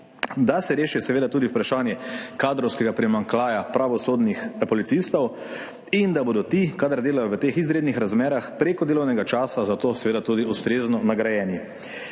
da se reši tudi vprašanje kadrovskega primanjkljaja pravosodnih policistov in da bodo ti, kadar delajo v teh izrednih razmerah prek delovnega časa, za to tudi ustrezno nagrajeni.